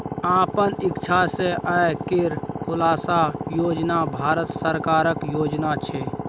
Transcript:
अपन इक्षा सँ आय केर खुलासा योजन भारत सरकारक योजना छै